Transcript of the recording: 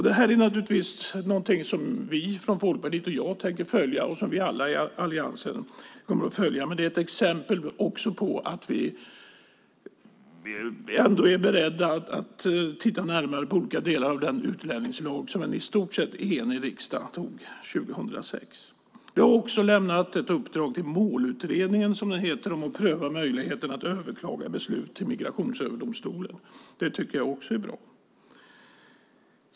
Det är naturligtvis någonting som jag, Folkpartiet och vi alla i Alliansen kommer att följa. Det är också ett exempel på att vi är beredda att titta närmare på olika delar av den utlänningslag som en i stort sett enig riksdag antog 2006. Vi har också lämnat ett uppdrag till Målutredningen att pröva möjligheten att överklaga beslut till Migrationsöverdomstolen. Det tycker jag också är bra.